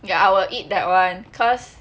ya I will eat that one cause